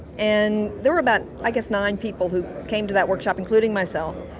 and there were about, i guess, nine people who came to that workshop, including myself.